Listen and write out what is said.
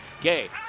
Gay